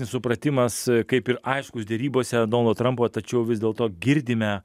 supratimas kaip ir aiškus derybose donaldo trampo tačiau vis dėlto girdime